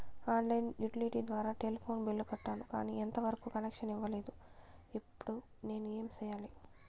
On line utility ద్వారా telephone bill కట్టాను, కానీ ఎంత వరకు కనెక్షన్ ఇవ్వలేదు, ఇప్పుడు నేను ఏమి సెయ్యాలి?